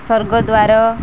Swargadwar